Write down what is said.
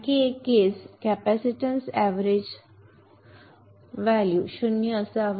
आणखी एक case capacitance average current 0 असावा